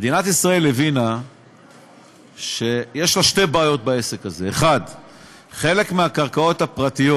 ומדינת ישראל הבינה שיש לה שתי בעיות בעסק הזה: 1. חלק מהקרקעות הפרטיות